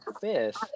fifth